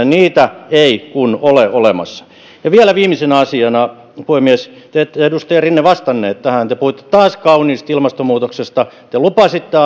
niitä kun ei ole olemassa vielä viimeisenä asiana puhemies te edustaja rinne ette vastannut tähän te puhuitte taas kauniisti ilmastonmuutoksesta te lupasitte